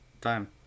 time